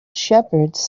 shepherds